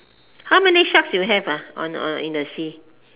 how many sharks you have ah on on in the sea